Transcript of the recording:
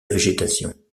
végétation